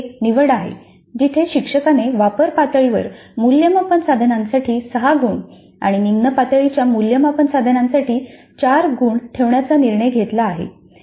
तर ही एक निवड आहे जिथे शिक्षकाने वापर पातळीवर मूल्यमापन साधनांसाठी 6 गुण आणि निम्न पातळीच्या मूल्यमापन साधनांसाठी 4 गुण ठेवण्याचा निर्णय घेतला आहे